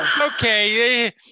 Okay